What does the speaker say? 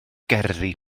gerddi